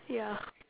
ya